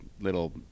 little